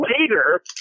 later